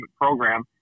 program